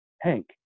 Hank